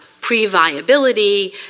pre-viability